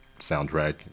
soundtrack